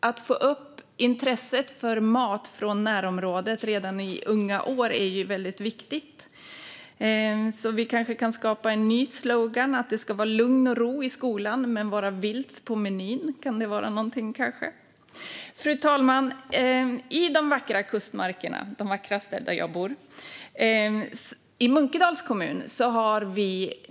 Att få upp intresset för mat från närområdet redan i unga år är väldigt viktigt, så vi kanske kan skapa en ny slogan: Det ska vara lugn och ro i skolan men vara vilt på menyn. Kan det vara någonting, kanske? Fru talman! I de vackra kustmarkerna - de vackraste, där jag bor - ligger Munkedals kommun.